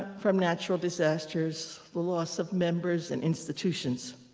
from natural disasters, loss of members and institutions.